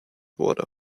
wurde